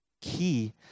key